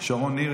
שרון ניר,